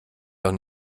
doch